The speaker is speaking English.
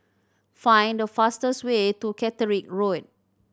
find the fastest way to Caterick Road